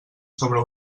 sobre